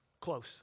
close